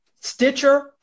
Stitcher